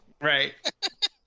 right